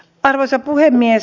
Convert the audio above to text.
arvoisa puhemies